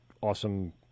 awesome